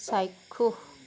চাক্ষুষ